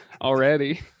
already